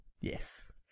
Yes